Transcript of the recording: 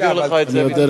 אני אעביר לך את זה.